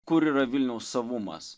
kur yra vilniaus savumas